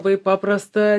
labai paprasta